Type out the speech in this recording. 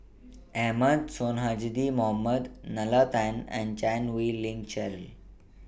Ahmad Sonhadji Mohamad Nalla Tan and Chan Wei Ling Cheryl